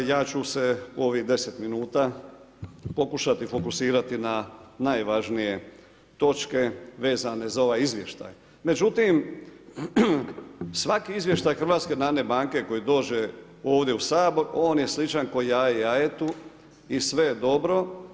Ja ću se u ovih 10 minuta pokušati fokusirati na najvažnije točke vezane za ovaj izvještaj, međutim, svaki izvještaj HNB koji dođe ovdje u Sabor, on je sličan kao jaje jajetu i sve je dobro.